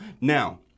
Now